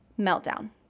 meltdown